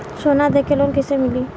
सोना दे के लोन कैसे मिली?